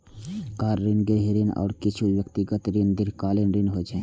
car ऋण, गृह ऋण, आ किछु व्यक्तिगत ऋण दीर्घकालीन ऋण होइ छै